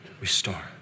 restore